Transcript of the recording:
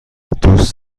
دوست